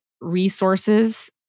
resources